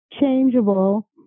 changeable